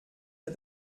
ihr